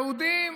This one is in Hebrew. יהודים